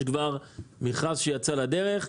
יש כבר מכרז שיצא לדרך.